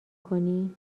کنی